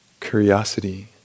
curiosity